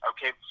Okay